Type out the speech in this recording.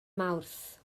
mawrth